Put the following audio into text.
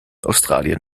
australien